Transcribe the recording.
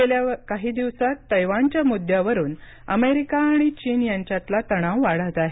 गेल्या काही दिवसात तैवानच्या मुद्द्यावरुन अमेरिका आणि चीन यांच्यातला तणाव वाढत आहे